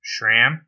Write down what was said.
Shram